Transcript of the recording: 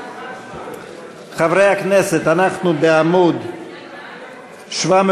חברי הכנסת, אנחנו בעמוד 776,